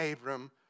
Abram